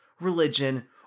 religion